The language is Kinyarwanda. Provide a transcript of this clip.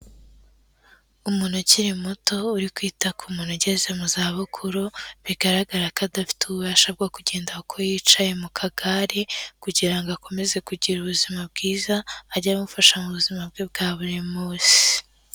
Umuntu ukiri muto uri kwita ku muntu ugeze mu za bukuru, bigaragara ko adafite ububasha bwo kugenda ko yicaye mu kagare kugira ngo akomeze kugira ubuzima bwiza, ajye amufasha mu buzima bwe bwa buri munsi.